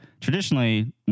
traditionally